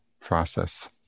process